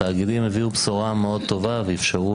התאגידים הביאו בשורה מאוד טובה ואפשרו